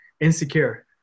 Insecure